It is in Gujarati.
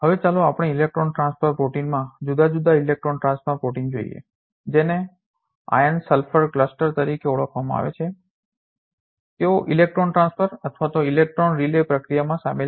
હવે ચાલો આપણે ઇલેક્ટ્રોન ટ્રાન્સફર પ્રોટીનમાં જુદા જુદા ઇલેક્ટ્રોન ટ્રાન્સફર પ્રોટીન જોઈએ જેને આયર્ન સલ્ફર ક્લસ્ટર cluster સમૂહ તરીકે ઓળખવામાં આવે છે તેઓ ઇલેક્ટ્રોન ટ્રાન્સફર અથવા ઇલેક્ટ્રોન રિલે પ્રક્રિયામાં સામેલ છે